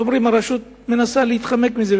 אומרים: הרשות מנסה להתחמק מזה,